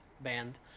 band